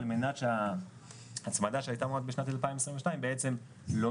על מנת שההצמדה שהיתה אמורה להיות בשנת 2022 לא מתקיימת,